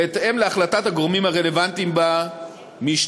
בהתאם להחלטת הגורמים הרלוונטיים במשטרה.